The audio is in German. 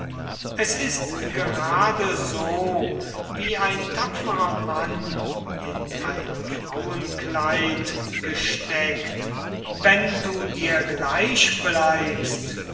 es ist gerade so wie ein tapferer mann in ein frauenkleid gesteckt wenn du dir gleich bleibst